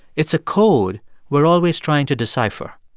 it's a code we're always trying to decipher